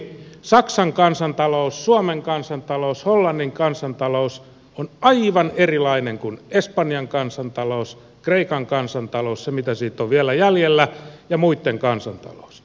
saksan kansantalous suomen kansantalous hollannin kansantalous on aivan erilainen kuin espanjan kansantalous kreikan kansantalous se mitä siitä on vielä jäljellä ja muitten kansantalous